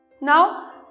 Now